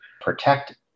protect